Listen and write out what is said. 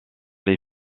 les